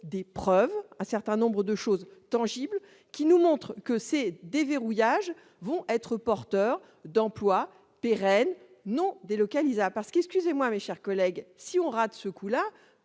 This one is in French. des preuves un certain nombres de choses tangibles qui nous montrent que c'est déverrouillage vont être porteurs d'emplois pérennes, non délocalisables parce qu'excusez-moi mes chers collègues, si on rate ce coup-là,